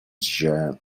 gems